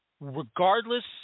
Regardless